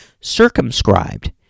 circumscribed